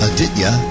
Aditya